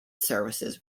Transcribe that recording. services